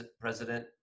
president